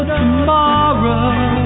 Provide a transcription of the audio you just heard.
tomorrow